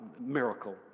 miracle